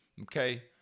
okay